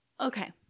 Okay